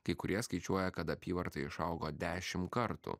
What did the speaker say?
kai kurie skaičiuoja kad apyvarta išaugo dešim kartų